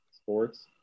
sports